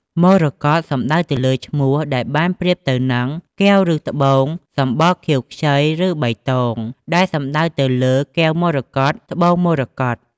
មរកត សំដៅទៅលើឈ្មោះដែលបានប្រៀបទៅនឹង កែវឬត្បូងសម្បុរខៀវខ្ចី ឬបៃតង ដែលសំដៅទៅលើ កែវមរកត ត្បូងមរកត។